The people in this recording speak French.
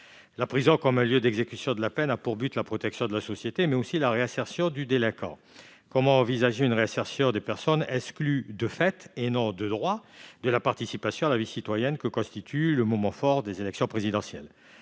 La prison, comme lieu d'exécution de la peine, a pour objet la protection de la société, mais également la réinsertion du délinquant. Comment envisager une réinsertion des personnes exclues de fait, et non de droit, de la participation à la vie citoyenne que constitue le moment fort des élections ? Ce projet